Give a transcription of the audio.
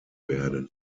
werden